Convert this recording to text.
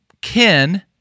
ken